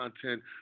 content